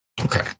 Okay